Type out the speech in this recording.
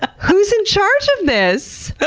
ah who's in charge of this?